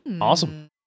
Awesome